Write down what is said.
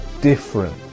different